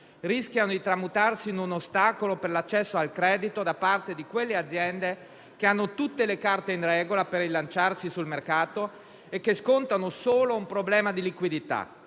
rischiano di tramutarsi in un ostacolo per l'accesso al credito da parte delle aziende che hanno tutte le carte in regola per rilanciarsi sul mercato e che scontano solo un problema di liquidità.